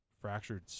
fractured